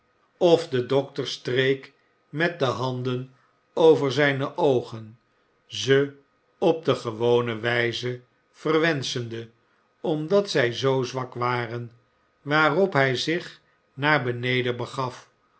of de dokter streek met de handen over zijne oogen ze op de gewone wijze verwenschende omdat zij zoo zwak waren waarop hij zich naar beneden begaf